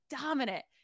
dominant